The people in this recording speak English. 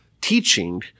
teaching